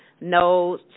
no